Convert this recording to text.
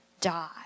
die